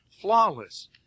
Flawless